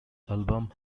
album